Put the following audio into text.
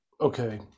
okay